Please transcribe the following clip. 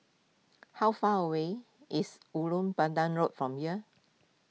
how far away is Ulu Pandan Road from here